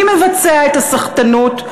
מי מבצע את הסחטנות?